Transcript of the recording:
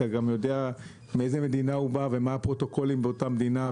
אתה גם יודע מאיזו מדינה הוא בא ומה הפרוטוקולים באותה מדינה,